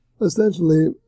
Essentially